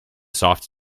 soft